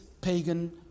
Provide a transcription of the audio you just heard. pagan